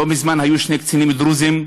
לא מזמן שני קצינים דרוזים,